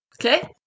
Okay